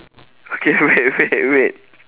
okay wait wait wait